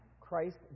Christ